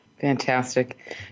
Fantastic